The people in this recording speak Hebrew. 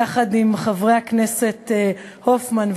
יחד עם חברי הכנסת הופמן,